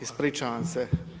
Ispričavam se.